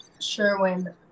Sherwin